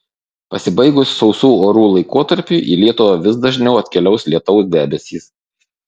pasibaigus sausų orų laikotarpiui į lietuvą vis dažniau atkeliaus lietaus debesys